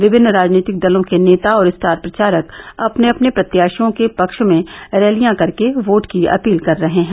विभिन्न राजनीतिक दलों के नेता और स्टार प्रचारक अपने अपने प्रत्याषियों के पक्ष में रैलियां कर के वोट की अपील कर रहे हैं